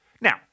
Now